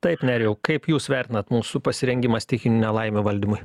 taip nerijau kaip jūs vertinat mūsų pasirengimą stichinių nelaimių valdymui